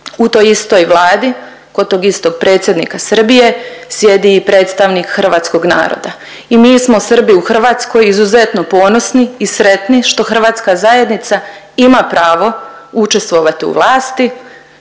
U toj istoj vladi, kod tog istog predsjednika Srbije sjedi i predstavnik hrvatskog naroda i mi smo Srbi u Hrvatskoj izuzetno ponosni i sretni što hrvatska zajednica ima pravo učestvovati u vlasti,